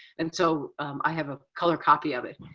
and so i have a color copy of it.